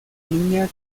niña